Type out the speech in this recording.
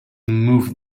move